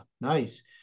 nice